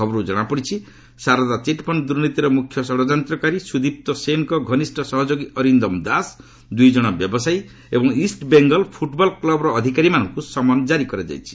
ଖବରରୁ ଜଣାପଡିଛି ଶାରଦା ଚିଟ୍ଫଶ୍ଡ ଦୂର୍ନୀତିର ମୁଖ୍ୟ ଷଢ଼ଯନ୍ତକାରୀ ସ୍ୱଦୀପ୍ତ ସେନ୍ଙ୍କ ଘନିଷ୍ଠ ସହଯୋଗୀ ଅରିନ୍ଦମ ଦାସ ଦ୍ରଇଜଣ ବ୍ୟବସାୟୀ ଏବଂ ଇଷ୍ଟ ବେଙ୍ଗଲ ଫୁଟବଲ କ୍ଲବର ଅଧିକାରୀମାନଙ୍କୁ ସମନ ଜାରି କରାଯାଇଛି